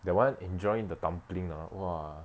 that [one] enjoy the dumpling ah !wah!